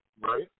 Right